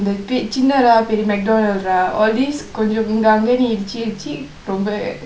the சின்ன ர பெரிய:chinna ra periya macdonald ற:ra all this கொன்ஜ இங்க அங்கனு இடுச்சு இடுச்சு ரொம்ப:konjam ingka angkanu idichu idichu romba